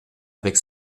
avec